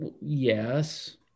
Yes